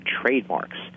trademarks